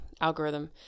algorithm